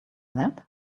that